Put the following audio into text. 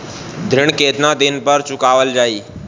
ऋण केतना दिन पर चुकवाल जाइ?